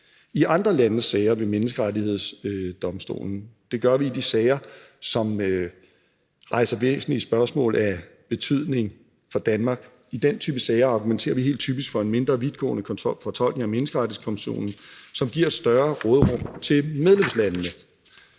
i andre landes sager ved Menneskerettighedsdomstolen. Det gør vi i de sager, som rejser væsentlige spørgsmål af betydning for Danmark. I den type sager argumenterer vi helt typisk for en mindre vidtgående fortolkning af menneskerettighedskonventionen, som giver et større råderum til medlemslandene.